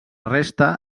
resta